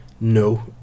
no